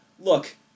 Look